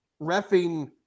refing